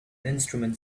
instrument